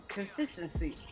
consistency